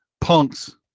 punks